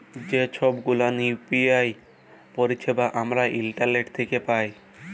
যে ছব গুলান ইউ.পি.আই পারিছেবা আমরা ইন্টারলেট থ্যাকে পায়